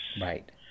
Right